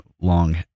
long